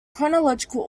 chronological